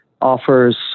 offers